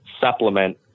supplement